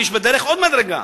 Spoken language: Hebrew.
ויש בדרך עוד מדרגה,